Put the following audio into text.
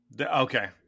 Okay